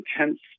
intense